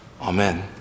Amen